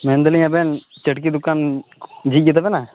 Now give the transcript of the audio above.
ᱢᱮᱱᱫᱟᱞᱤᱧ ᱟᱵᱮᱱ ᱪᱟᱹᱴᱠᱤ ᱫᱚᱠᱟᱱ ᱡᱷᱤᱡ ᱜᱮᱛᱟ ᱵᱮᱱᱟ